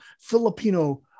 Filipino